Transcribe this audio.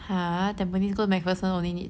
!huh! tampines go macpherson only need